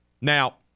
now